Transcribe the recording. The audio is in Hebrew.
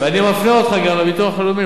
ואני מפנה אותך גם לביטוח הלאומי,